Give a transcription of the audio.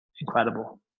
incredible